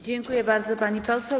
Dziękuję bardzo, pani poseł.